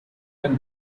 when